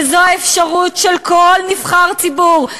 וזו האפשרות של כל נבחר ציבור,